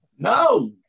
No